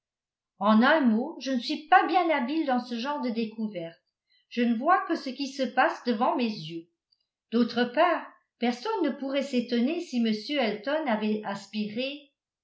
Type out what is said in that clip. en un mot je ne suis pas bien habile dans ce genre de découverte je ne vois que ce qui se passe devant mes yeux d'autre part personne ne pourrait s'étonner si m elton avait aspiré